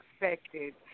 expected